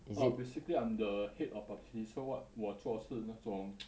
orh basically I'm the head of publicity so what 我做是那种